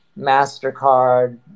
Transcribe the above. mastercard